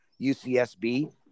ucsb